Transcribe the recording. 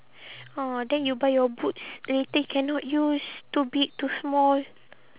orh then you buy your boots later cannot use too big too small